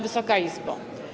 Wysoka Izbo!